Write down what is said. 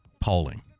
polling